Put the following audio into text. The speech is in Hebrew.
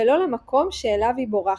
ולא למקום שאליו היא "בורחת".